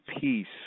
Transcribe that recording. peace